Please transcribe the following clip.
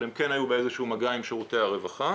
אבל הן כן היו באיזה שהוא מגע עם שירותי הרווחה.